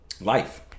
life